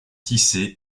tissé